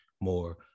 more